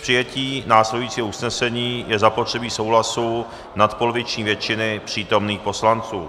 K přijetí následujícího usnesení je zapotřebí souhlasu nadpoloviční většiny přítomných poslanců.